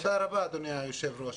תודה רבה אדוני היושב-ראש.